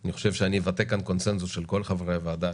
אני חושב שאני אבטא כאן קונצנזוס של כל חברי הוועדה,